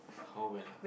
how well ah